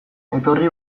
etorri